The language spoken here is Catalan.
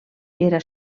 era